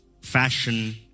fashion